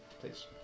please